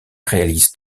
réalisent